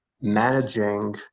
managing